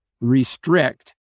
restrict